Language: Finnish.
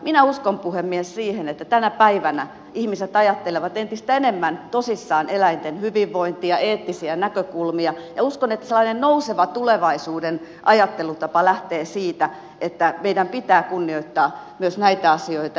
minä uskon puhemies siihen että tänä päivänä ihmiset ajattelevat entistä enemmän tosissaan eläinten hyvinvointia eettisiä näkökulmia ja uskon että sellainen nouseva tulevaisuuden ajattelutapa lähtee siitä että meidän pitää kunnioittaa myös näitä asioita